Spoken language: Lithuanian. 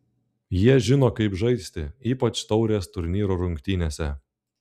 jie žino kaip žaisti ypač taurės turnyro rungtynėse